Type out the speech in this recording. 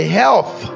health